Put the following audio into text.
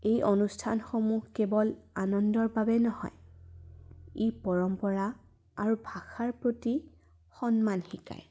এই অনুষ্ঠানসমূহ কেৱল আনন্দৰ বাবে নহয় ই পৰম্পৰা আৰু ভাষাৰ প্ৰতি সন্মান শিকায়